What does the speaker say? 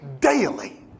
daily